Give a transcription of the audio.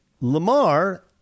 Lamar